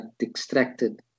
extracted